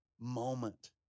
moment